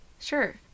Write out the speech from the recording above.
sure